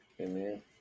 Amen